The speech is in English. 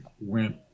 went